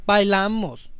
Bailamos